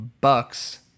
Bucks